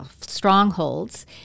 strongholds